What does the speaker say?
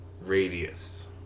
radius